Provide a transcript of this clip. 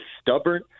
stubborn